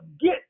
get